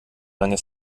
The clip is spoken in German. lange